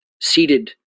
seated